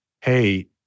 hey